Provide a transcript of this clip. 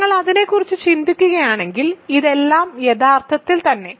നിങ്ങൾ അതിനെക്കുറിച്ച് ചിന്തിക്കുകയാണെങ്കിൽ ഇതെല്ലാം യഥാർത്ഥത്തിൽ തന്നെ